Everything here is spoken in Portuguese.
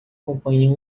companhia